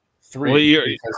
Three